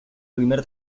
primer